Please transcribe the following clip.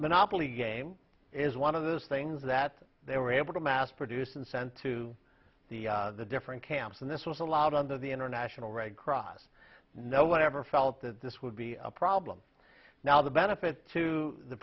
monopoly game is one of those things that they were able to mass produce and sent to the the different camps and this was allowed under the international red cross no whatever felt that this would be a problem now the benefit to the